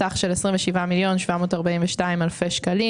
סך של 27,742,000 שקלים.